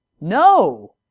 No